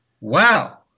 Wow